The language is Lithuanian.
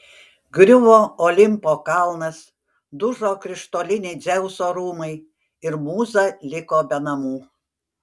griuvo olimpo kalnas dužo krištoliniai dzeuso rūmai ir mūza liko be namų